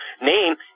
name